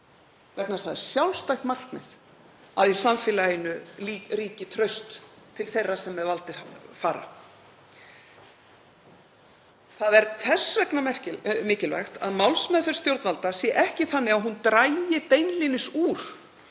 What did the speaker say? þess að það er sjálfstætt markmið að í samfélaginu ríki traust til þeirra sem með valdið fara. Það er þess vegna mikilvægt að málsmeðferð stjórnvalda sé ekki þannig að hún dragi beinlínis úr